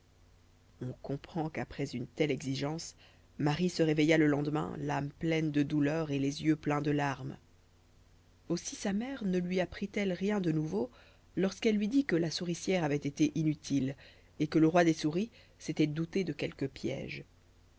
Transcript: on comprend qu'après une telle exigence marie se réveilla le lendemain l'âme pleine de douleur et les yeux pleins de larmes aussi sa mère ne lui apprit elle rien de nouveau lorsqu'elle lui dit que la souricière avait été inutile et que le roi des souris s'était douté de quelque piège